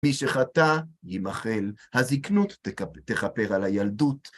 מי שחטא יימחל, הזקנות תכפר על הילדות.